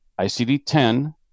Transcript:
ICD-10